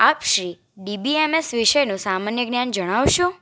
આપશ્રી DBMS વિશેનું સામાન્ય જ્ઞાન જણાવશો